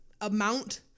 amount